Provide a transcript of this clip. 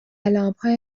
لامپهای